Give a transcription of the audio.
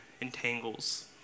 entangles